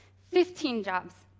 fifteen jobs.